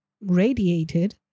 radiated